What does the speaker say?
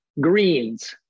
greens